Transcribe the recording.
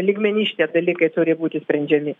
lygmeny šitie dalykai turi būti sprendžiami